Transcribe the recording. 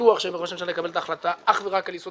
בטוח שראש הממשלה יקבל את ההחלטה אך ורק על יסוד